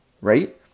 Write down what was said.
right